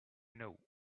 know